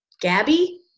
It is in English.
Gabby